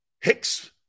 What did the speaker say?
Hicks